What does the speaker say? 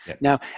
Now